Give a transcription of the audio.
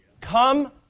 Come